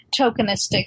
tokenistic